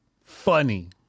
funny